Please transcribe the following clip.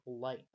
light